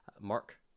Mark